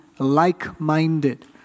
like-minded